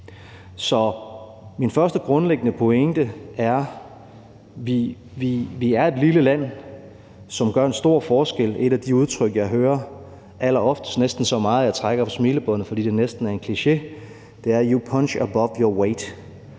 min første grundlæggende pointe er, at vi er et lille land, som gør en stor forskel. Et af de udtryk, jeg hører alleroftest, næsten så meget, at jeg trækker på smilebåndet, fordi det næsten er en kliché, er: You punch